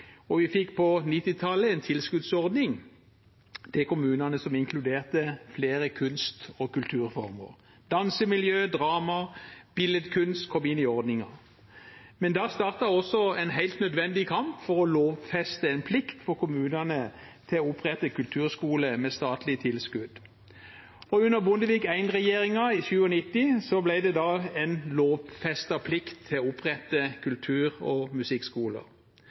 og vi fikk på 1990-tallet en tilskuddsordning til kommunene som inkluderte flere kunst- og kulturformer. Dansemiljø, drama og billedkunst kom inn i ordningen. Da startet også en helt nødvendig kamp for å lovfeste en plikt for kommunene til å opprette kulturskole med statlig tilskudd, og under Bondevik I-regjeringen i 1997 ble det en lovfestet plikt å opprette kultur- og musikkskoler.